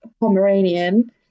Pomeranian